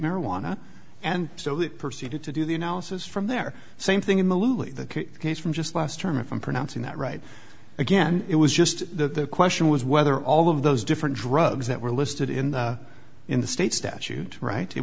marijuana and so it proceeded to do the analysis from there same thing in the loop the case from just last term if i'm pronouncing that right again it was just the question was whether all of those different drugs that were listed in the in the state statute right it